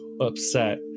upset